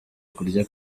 kurya